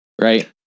Right